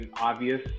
obvious